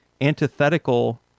antithetical